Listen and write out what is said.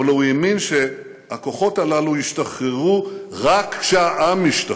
אבל הוא האמין שהכוחות הללו ישתחררו רק כשהעם ישתחרר,